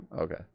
Okay